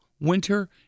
winter